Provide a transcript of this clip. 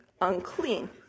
unclean